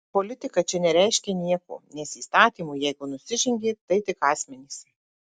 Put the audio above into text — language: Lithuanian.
politika čia nereiškia nieko nes įstatymui jeigu nusižengė tai tik asmenys